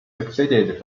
succeeded